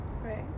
Right